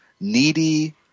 needy